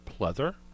pleather